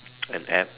an App